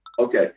Okay